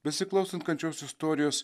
besiklausant kančios istorijos